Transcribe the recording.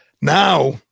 Now